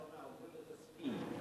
קוראים לזה "ספין".